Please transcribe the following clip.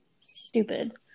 stupid